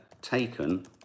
taken